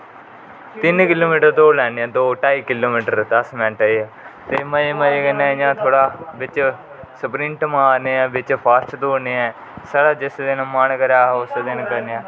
तिन किलोमिटर दौडी लेने दौ ढाई किलो मिटर दस मिन्ट च फिर मझे मजे कन्ने इयां थोहडा बिच स्प्रिंट मारने हा बिच फास्ट दौडने हा साढ़ा जिस दिन मन करे अस उसे दिन करने हा